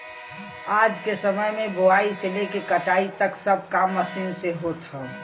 आज के समय में बोआई से लेके कटाई तक सब काम मशीन से होत हौ